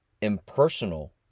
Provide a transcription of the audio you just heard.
impersonal